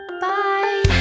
Bye